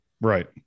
right